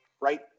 right